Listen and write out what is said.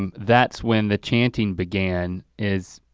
um that's when the chanting began is,